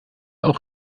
auch